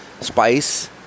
spice